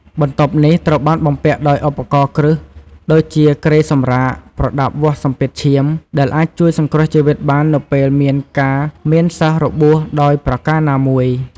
បន្ទប់នេះត្រូវបានបំពាក់ដោយឧបករណ៍គ្រឹះដូចជាគ្រែសម្រាក ប្រដាប់វាស់សម្ពាធឈាម ដែលអាចជួយសង្គ្រោះជីវិតបាននៅពេលមានការមានសិស្សរបួសដោយប្រការណាមួយ។